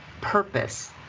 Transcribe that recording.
purpose